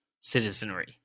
citizenry